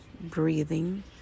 breathing